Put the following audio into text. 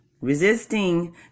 resisting